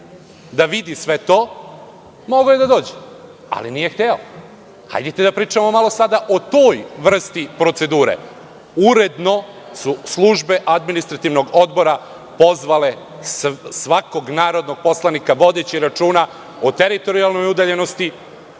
da vidi sve to, mogao je da dođe, ali nije hteo. Hajdete da pričamo malo sada o toj vrsti procedure. Uredno su službe Administrativnog odbora pozvale svakog narodnog poslanika, vodeći računa o teritorijalnoj udaljenosti,